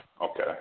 Okay